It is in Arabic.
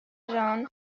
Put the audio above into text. جون